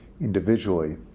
individually